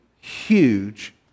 huge